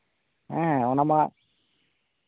ᱦᱮᱸ ᱚᱱᱟ ᱢᱟ